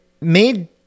made